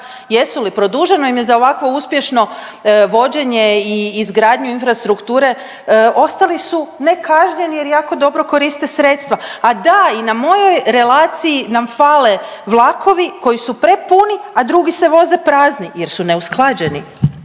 Jesu li? Produženo im je za ovakvo uspješno vođenje i izgradnju infrastrukture. Ostali su nekažnjeni jer jako dobro koriste sredstva. A da i na mojoj relaciji nam fale vlakovi koji su prepuni, a drugi se voze prazni jer su neusklađeni.